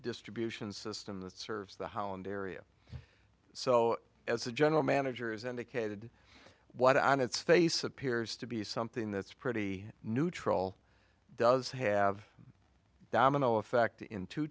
distribution system that serves the holland area so as the general manager is indicated what i know its face appears to be something that's pretty neutral does have a domino effect into